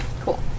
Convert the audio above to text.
Cool